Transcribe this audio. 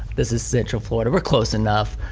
this is central florida, we're close enough.